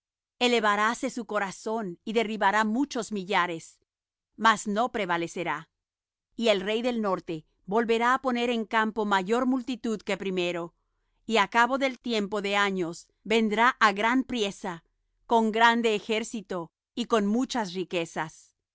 ensoberbecerá elevaráse su corazón y derribará muchos millares mas no prevalecerá y el rey del norte volverá á poner en campo mayor multitud que primero y á cabo del tiempo de años vendrá á gran priesa con grande ejército y con muchas riquezas